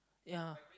ya